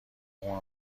اون